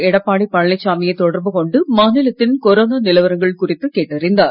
எடப்பாடி பழனிச்சாமியை தொடர்பு கொண்டு மாநிலத்தின் கொரோனா நிலவரங்கள் குறித்து கேட்டறிந்தார்